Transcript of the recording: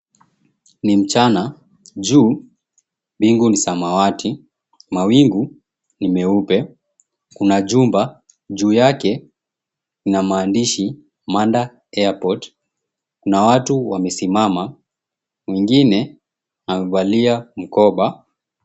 Ni mchana, juu, bingu ni samawati, mawingu, ni meupe. Kuna jumba, juu yake, ina maandishi, Manda Airport na watu wamesimama, mwingine amevalia mkoba.